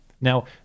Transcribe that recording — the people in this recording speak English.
Now